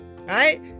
right